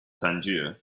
tangier